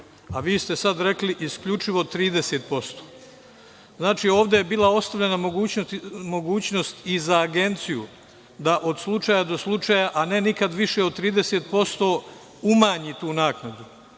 a vi ste sada rekli – isključivo 30%. Znači, ovde je bila ostavljena mogućnost i za agenciju da od slučaja do slučaja, a ne nikad više od 30% umanji tu naknadu,